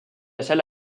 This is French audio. salle